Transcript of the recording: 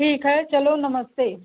ठीक है चलो नमस्ते